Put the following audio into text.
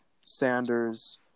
Sanders